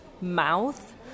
mouth